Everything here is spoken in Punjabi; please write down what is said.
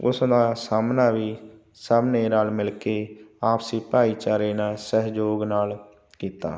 ਉਸ ਦਾ ਸਾਹਮਣਾ ਵੀ ਸਭ ਨੇ ਰਲ ਮਿਲ ਕੇ ਆਪਸੀ ਭਾਈਚਾਰੇ ਨਾਲ ਸਹਿਯੋਗ ਨਾਲ ਕੀਤਾ